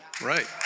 Right